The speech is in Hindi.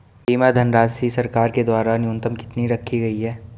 बीमा धनराशि सरकार के द्वारा न्यूनतम कितनी रखी गई है?